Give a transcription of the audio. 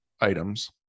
items